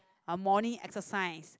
uh morning exercise